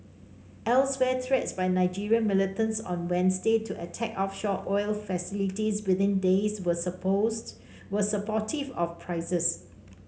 elsewhere threats by Nigerian militants on Wednesday to attack offshore oil facilities within days were supports were supportive of prices